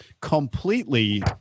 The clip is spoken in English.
completely